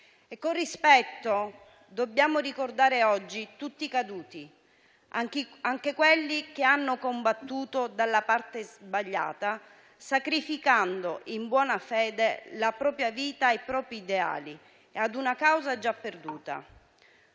Con rispetto dobbiamo ricordare oggi tutti i caduti, anche quelli che hanno combattuto dalla parte sbagliata, sacrificando in buona fede la propria vita ai propri ideali e a una causa già perduta.